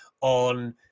on